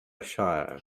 shire